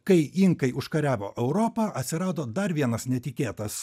kai inkai užkariavo europą atsirado dar vienas netikėtas